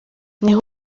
niho